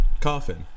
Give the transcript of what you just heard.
coffin